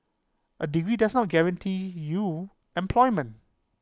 A degree does not guarantee you employment